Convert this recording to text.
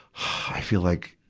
i feel like,